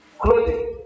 clothing